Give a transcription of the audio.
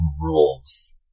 rules